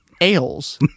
ales